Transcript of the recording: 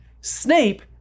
Snape